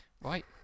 Right